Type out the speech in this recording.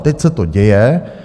Teď se to děje.